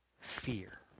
fear